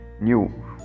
new